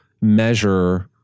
measure